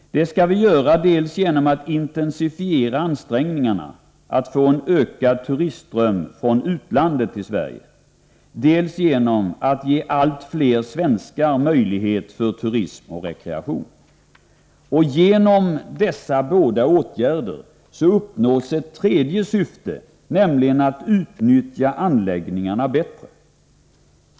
Det skall vi göra dels genom att intensifiera ansträngningarna att få en ökad turistström från utlandet till Sverige, dels genom att ge allt fler svenskar möjlighet till turism och rekreation. Genom dessa båda åtgärder uppnås ett tredje syfte, nämligen att utnyttja anläggningarna bättre.